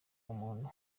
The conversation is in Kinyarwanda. umuntu